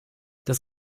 das